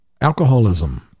Alcoholism